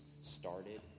started